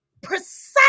precise